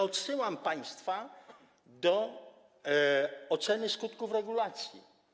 Odsyłam państwa do oceny skutków regulacji.